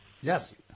Yes